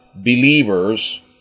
believers